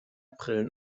brillen